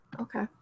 okay